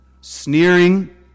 sneering